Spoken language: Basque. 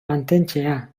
mantentzea